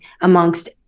amongst